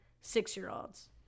six-year-olds